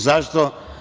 Zašto?